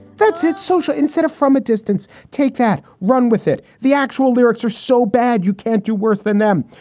that's it. social. instead of from a distance, take that run with it. the actual lyrics are so bad you can't do worse than them.